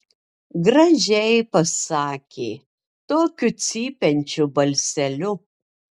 gražiai pasakė tokiu cypiančiu balseliu